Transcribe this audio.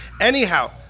Anyhow